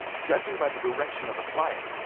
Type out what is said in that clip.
judging by the direction of the fire,